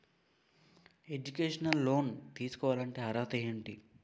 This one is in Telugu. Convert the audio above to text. ఎడ్యుకేషనల్ లోన్ తీసుకోవాలంటే అర్హత ఏంటి?